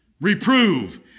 Reprove